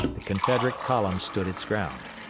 the confederate column stood its ground.